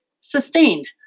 sustained